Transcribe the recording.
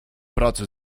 pracy